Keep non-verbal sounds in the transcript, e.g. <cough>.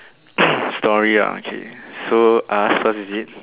<coughs> story ah okay so I ask first is it